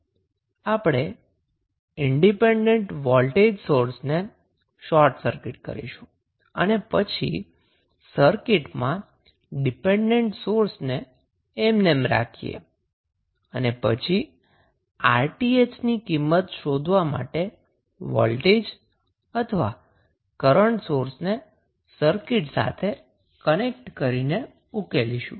સૌ પ્રથમ independent voltage source ને શોર્ટ સર્કિટ કરીશું અને પછી સર્કિટમાં ડિપેન્ડન્ટ સોર્સને એમ ને એમ રાખીએ અને પછી 𝑅𝑇ℎ ની કિંમત શોધવા માટે વોલ્ટેજ અથવા કરન્ટ સોર્સને સર્કિટ સાથે કનેક્ટ કરી ઉકેલીશું